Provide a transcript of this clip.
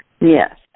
Yes